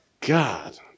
God